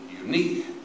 unique